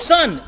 Son